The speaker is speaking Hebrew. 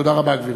תודה רבה, גברתי.